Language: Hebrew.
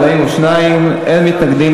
42, אין מתנגדים.